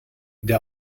der